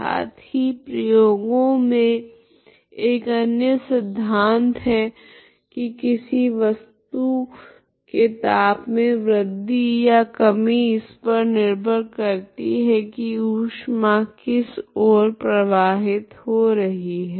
साथ ही प्रयोगो से एक अन्य सिद्धांत है की किसी वस्तु के ताप मे वृद्धि या कमी इस पर निर्भर करती है की ऊष्मा किस ओर प्रवाहित हो रही है